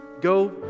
go